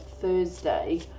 thursday